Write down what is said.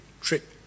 trip